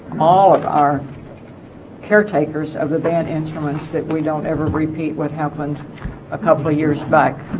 all of our caretakers of the band instruments that we don't ever repeat what happened a couple of years back